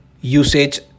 usage